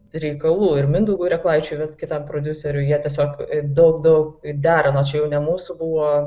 reikalų ir mindaugui reklaičiui vat kitam prodiuseriui jie tiesiog daug daug derino čia jau ne mūsų buvo